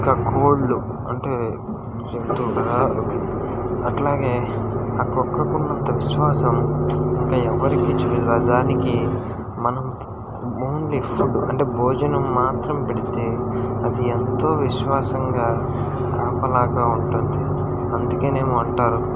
ఇంకా కోడ్లు అంటే జంతువు కదా ఒకే అట్లాగే ఆ కుక్కకి ఉన్నంత విశ్వాసం ఇంకా ఎవ్వరికి చిలురదు దానికి మనం ఓన్లి ఫుడ్ అంటే భోజనం మాత్రం పెడితే అది ఎంతో విశ్వాసంగా కాపలాగా ఉంటుంది అందుకేనెమో అంటారు